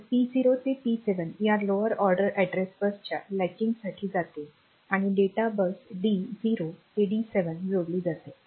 तर पी 0 ते पी 7 या लोअर ऑर्डर अॅड्रेस बसच्या लॅचिंगसाठी जाते आणि डेटा बस डी 0 ते डी 7 जोडली जाते